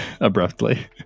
abruptly